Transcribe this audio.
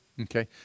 Okay